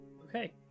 Okay